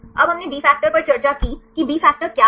अब हमने B factor पर चर्चा की कि बी फैक्टर क्या है